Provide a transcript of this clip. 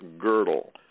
girdle